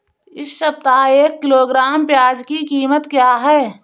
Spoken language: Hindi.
इस सप्ताह एक किलोग्राम प्याज की कीमत क्या है?